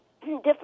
different